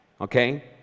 okay